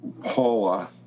Paula